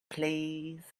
please